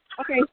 Okay